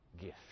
gift